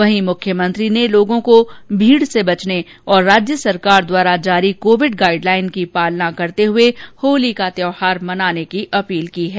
वहीं मुख्यमंत्री ने लोगों को भीड़ से बचने और राज्य सरकार द्वारा जारी कोविड गाईडलाइन की पालना करते हुये होली का त्यौहार मनाने की अपील की है